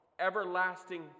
Everlasting